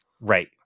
Right